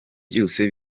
byose